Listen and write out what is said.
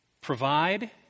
provide